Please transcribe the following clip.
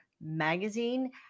Magazine